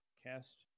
Cast